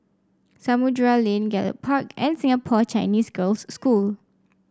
Samudera Lane Gallop Park and Singapore Chinese Girls' School